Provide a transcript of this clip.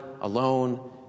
alone